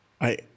I-